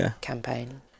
campaign